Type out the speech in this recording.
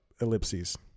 ellipses